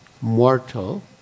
mortal